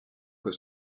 que